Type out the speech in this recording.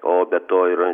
o be to yra